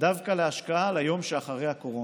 דווקא להשקעה ליום שאחרי הקורונה.